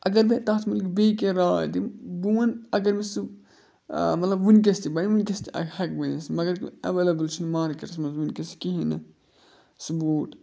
اگر مےٚ تَتھ مُطلِق بیٚیہِ کینٛہہ راے دِم بہٕ وَنہٕ اگر مےٚ سُہ مطلب وٕنکٮ۪س تہِ بَنہِ وٕنکٮ۪س تہِ ہٮ۪کہٕ بٔنِتھ مگر اٮ۪ویلیبٕل چھِنہٕ مارکیٹَس منٛز وٕنکٮ۪س کِہیٖنۍ نہٕ سُہ بوٗٹھ